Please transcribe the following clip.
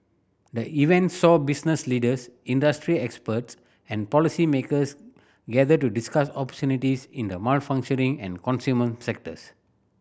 the event saw business leaders industry experts and policymakers gather to discuss opportunities in the manufacturing and consumer sectors